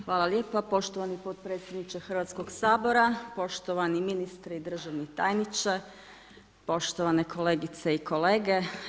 Hvala lijepa poštovani potpredsjedniče Hrvatskoga sabora, poštovani ministre i državni tajniče, poštovane kolegice i kolege.